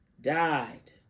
died